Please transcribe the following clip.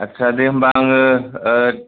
आस्सा दे होनबा आङो